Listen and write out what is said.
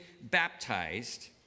baptized